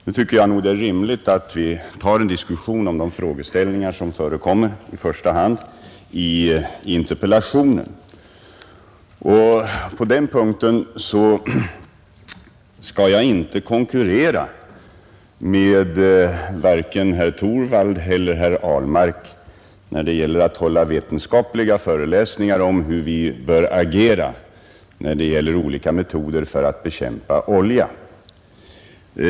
Nu tycker jag nog det är rimligt att vi tar en diskussion i första hand om de frågeställningar som förekommer i interpellationen. På den punkten skall jag inte konkurrera med vare sig herr Torwald eller herr Ahlmark när det gäller att hålla vetenskapliga föreläsningar om hur vi bör agera när det gäller olika metoder för att bekämpa olja.